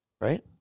Right